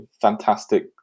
fantastic